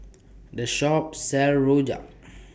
The Shop sells Rojak